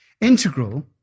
Integral